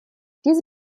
diese